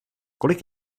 kolik